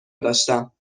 داشتم